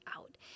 out